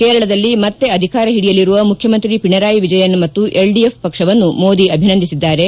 ಕೇರಳದಲ್ಲಿ ಮತ್ತೆ ಅಧಿಕಾರ ಹಿಡಿಯಲಿರುವ ಮುಖ್ಚಮಂತ್ರಿ ಪಿಣರಾಯಿ ವಿಜಯನ್ ಮತ್ತು ಎಲ್ಡಿಎಫ್ ಪಕ್ಷವನ್ನು ಮೋದಿ ಅಭಿನಂದಿಸಿದ್ದಾರೆ